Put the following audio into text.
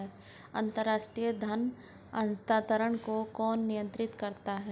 अंतर्राष्ट्रीय धन हस्तांतरण को कौन नियंत्रित करता है?